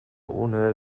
ohne